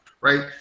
right